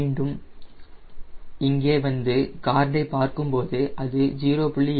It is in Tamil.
மீண்டும் இங்கே வந்து கார்டை பார்க்கும்போது அது 0